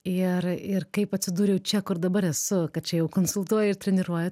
ir ir kaip atsidūriau čia kur dabar esu kad čia jau konsultuoju ir treniruoju